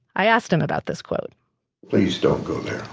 i asked him about this quote please don't go there